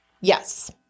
Yes